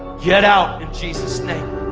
get out in jesus' name.